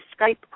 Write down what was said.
Skype